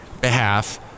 Behalf